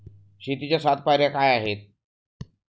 शेतीच्या सात पायऱ्या काय आहेत?